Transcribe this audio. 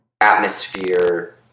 atmosphere